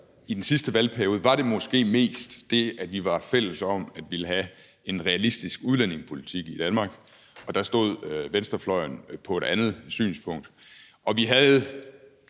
i den sidste valgperiode, var det måske mest det, at vi var fælles om at ville have en realistisk udlændingepolitik i Danmark, og der stod venstrefløjen på et andet synspunkt, og vi havde